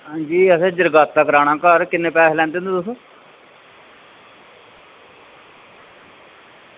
जी असें जरगाता कराना ते किन्ने पैसे लैंदे होंदे तुस